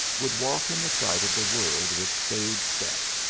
would walk in the sight of the world with staid step,